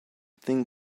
thing